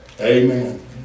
Amen